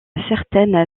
certaine